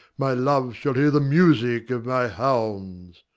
my love shall hear the music of my hounds.